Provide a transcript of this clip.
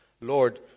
Lord